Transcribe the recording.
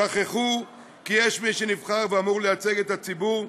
שכחו כי יש מי שנבחר ואמור לייצג את הציבור,